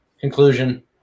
conclusion